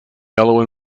yellow